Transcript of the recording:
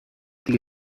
دیگه